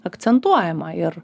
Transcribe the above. akcentuojama ir